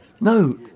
No